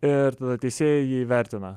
ir tada teisėjai jį vertina